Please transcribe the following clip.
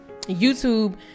YouTube